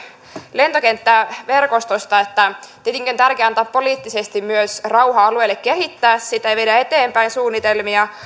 lentokenttäverkostosta että tietenkin on tärkeää antaa poliittisesti myös rauha alueelle kehittää sitä ja viedä eteenpäin suunnitelmia